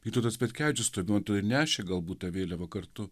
vytautas petkevičius tuo metu ir nešė galbūt tą vėliavą kartu